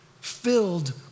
filled